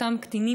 אותם קטינים,